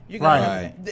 Right